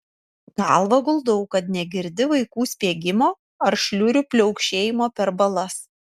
galvą guldau kad negirdi vaikų spiegimo ar šliurių pliaukšėjimo per balas